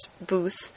booth